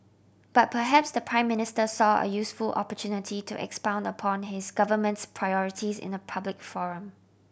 but perhaps the Prime Minister saw a useful opportunity to expound upon his government's priorities in a public forum